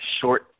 short